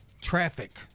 Traffic